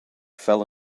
fell